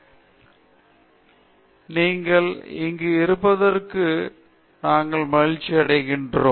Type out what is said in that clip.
பேராசிரியர் பிரதாப் ஹரிதாஸ் நீங்கள் இங்கு இருப்பதற்கு நாங்கள் மிகவும் மகிழ்ச்சியடைகிறோம்